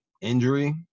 injury